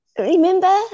Remember